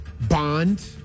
bond